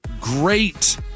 great